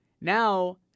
Now